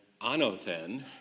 anothen